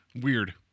weird